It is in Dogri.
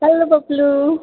हैलो बबलू